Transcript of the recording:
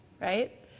right